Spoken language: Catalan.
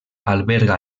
alberga